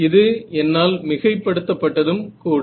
இது என்னால் மிகைப்படுத்தப்பட்டதும் கூட